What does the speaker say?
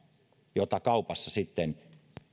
joka kaupassa sitten